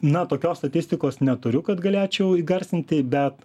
na tokios statistikos neturiu kad galėčiau įgarsinti bet